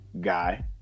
guy